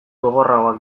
gogorragoak